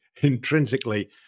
intrinsically